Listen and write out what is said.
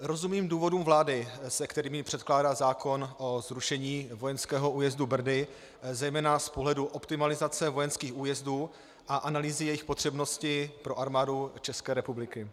Rozumím důvodům vlády, se kterými předkládá zákon o zrušení vojenského újezdu Brdy zejména z pohledu optimalizace vojenských újezdů a analýzy jejich potřebnosti pro Armádu České republiky.